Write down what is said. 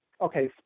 okay